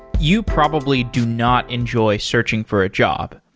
you probably do not enjoy searching for a job.